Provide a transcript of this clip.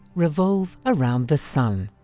revolve around the sun.